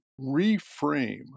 reframe